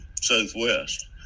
Southwest